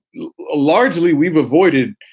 largely, we've avoided,